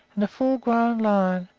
and a full-grown lion,